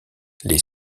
les